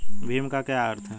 भीम का क्या अर्थ है?